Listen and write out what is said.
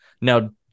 now